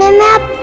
ah not